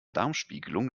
darmspiegelung